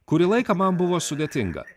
kuri laiką man buvo sudėtinga